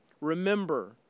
Remember